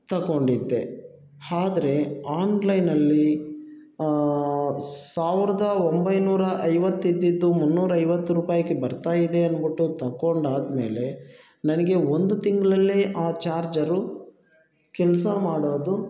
ತಗೊಂಡಿದ್ದೆ ಆದ್ರೆ ಆನ್ಲೈನಲ್ಲಿ ಸಾವಿರದ ಒಂಬೈನೂರ ಐವತ್ತು ಇದ್ದಿದ್ದು ಮುನ್ನೂರೈವತ್ತು ರೂಪಾಯಿಗೆ ಬರ್ತಾ ಇದೆ ಅಂದ್ಬಿಟ್ಟು ತಕೊಂಡಾದ ಮೇಲೆ ನನಗೆ ಒಂದು ತಿಂಗಳಲ್ಲೇ ಆ ಚಾರ್ಜರು ಕೆಲಸ ಮಾಡೋದು